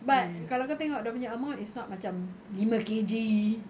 but kalau kau tengok dia punya amount is not macam lima K_G